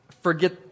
Forget